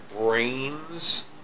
brains